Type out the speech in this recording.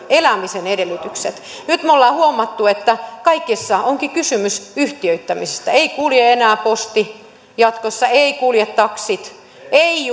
elämisen edellytykset nyt me olemme huomanneet että kaikessa onkin kysymys yhtiöittämisestä ei kulje enää posti jatkossa eivät kulje taksit eivät